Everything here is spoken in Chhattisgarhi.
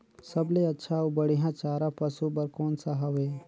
सबले अच्छा अउ बढ़िया चारा पशु बर कोन सा हवय?